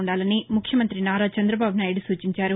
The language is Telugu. ఉండాలని ముఖ్యమంత్రి నారా చంద్రబాబు నాయుడు సూచించారు